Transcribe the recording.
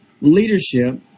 leadership